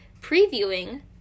previewing